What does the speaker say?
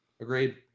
Agreed